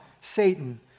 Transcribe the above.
Satan